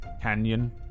canyon